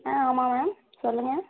ஆ ஆமாம் மேம் சொல்லுங்கள்